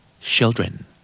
children